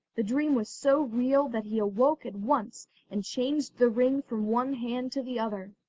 the dream was so real that he awoke at once and changed the ring from one hand to the other.